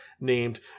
named